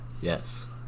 Yes